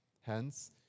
Hence